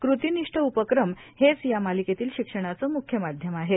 कृतीनिष्ठ उपक्रम हेच या मालिकेतील शिक्षणाचे मुख्य माध्यम आहे